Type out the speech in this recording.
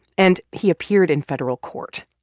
and he appeared in federal court.